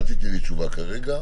אל תעני לי תשובה כרגע,